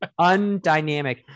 undynamic